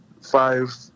five